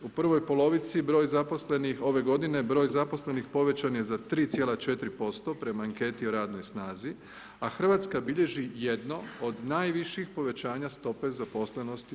U prvoj polovici broj zaposlenih ove godine, broj zaposlenih povećan je za 3,4% prema Anketi o radnoj snazi, a RH bilježi jedno od najviših povećanja stope zaposlenosti u EU.